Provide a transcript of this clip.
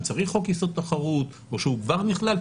צריך חוק יסוד: תחרות או שהוא כבר נכלל,